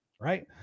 right